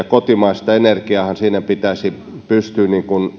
kotimaista energiaahan siinä pitäisi pystyä